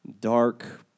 dark